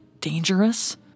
dangerous